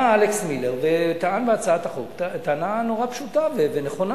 בא אלכס מילר וטען בהצעת החוק טענה נורא פשוטה ונכונה.